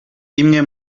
imwe